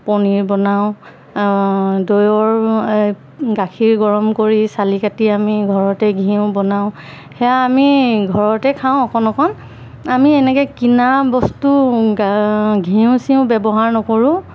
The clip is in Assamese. পনীৰ বনাওঁ দৈৰ গাখীৰ গৰম কৰি চালি কাটি আমি ঘৰতে ঘিউ বনাওঁ সেয়া আমি ঘৰতে খাওঁ অকণ অকণ আমি এনেকৈ কিনা বস্তু ঘিঁউ চিওঁ ব্যৱহাৰ নকৰোঁ